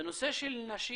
בנושא של נשים,